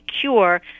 cure